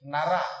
Nara